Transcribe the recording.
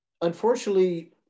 unfortunately